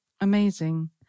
Amazing